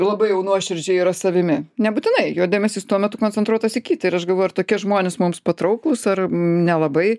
labai jau nuoširdžiai yra savimi nebūtinai jo dėmesys tuo metu koncentruotas į kitą ir aš galvoju ar tokie žmonės mums patrauklūs ar nelabai